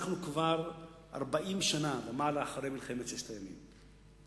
אנחנו כבר 40 שנה ומעלה אחרי מלחמת ששת הימים.